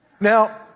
Now